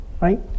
Right